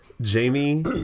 Jamie